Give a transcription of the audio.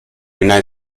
united